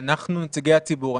כנציג ציבור,